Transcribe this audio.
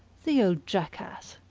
the old jackass!